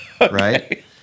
Right